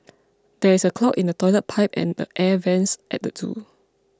there is a clog in the Toilet Pipe and the Air Vents at the zoo